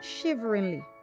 shiveringly